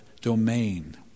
domain